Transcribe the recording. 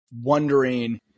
wondering